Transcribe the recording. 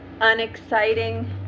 unexciting